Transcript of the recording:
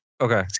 Okay